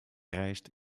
rijst